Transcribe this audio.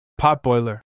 POTBOILER